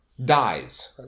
dies